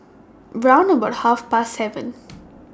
round about Half Past seven